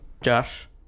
Josh